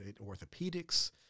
orthopedics